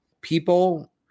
People